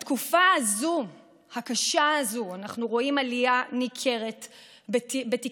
בתקופה הקשה הזאת אנחנו רואים עלייה ניכרת בתיקי